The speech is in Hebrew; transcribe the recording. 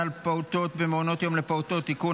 על פעוטות במעונות יום לפעוטות (תיקון,